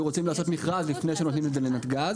רוצים לעשות מכרז לפני שנותנים את זה לנתג"ז.